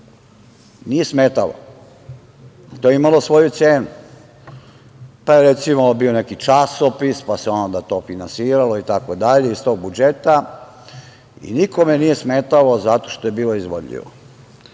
nije smetalo. To je imalo svoju cenu, pa je recimo bio neki časopis, pa se to finansiralo itd. iz tog budžeta i nikome nije smetalo zato što je bilo izvodljivo. Strani